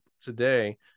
today